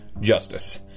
Justice